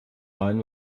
rein